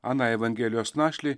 aną evangelijos našlį